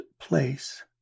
place